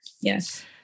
Yes